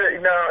No